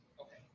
Okay